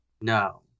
No